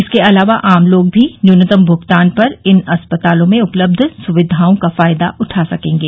इसके अलावा आम लोग भी न्यूनतम भुगतान पर इन अस्पतालों में उपलब्ध सुविधाओं का फायदा उठा सकेंगे